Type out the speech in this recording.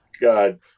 God